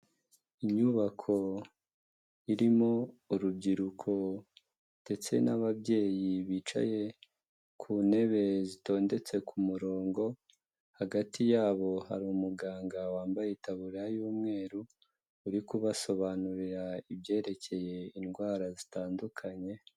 Inyubako irimo urubyiruko ndetse n'ababyeyi bicaye ku ntebe zitondetse ku murongo, hagati yabo hari umuganga wambaye itaburariya y'umweru uri kubasobanurira ibyerekeye indwara zitandukanye.